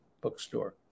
bookstore